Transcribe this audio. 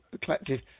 collective